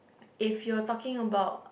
if you're talking about